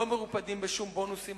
לא מרופדים בשום בונוסים,